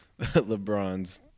LeBron's